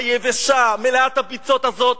היבשה ומלאת הביצות הזאת,